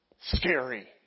Scary